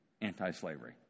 anti-slavery